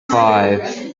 five